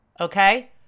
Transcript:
Okay